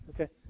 Okay